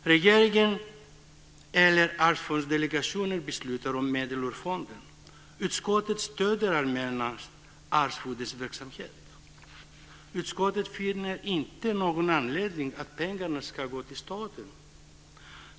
Regeringen eller Arvsfondsdelegationen beslutar om medel ur fonden. Utskottet stöder Allmänna arvsfondens verksamhet. Utskottet finner inte någon anledning att pengarna ska gå till staten.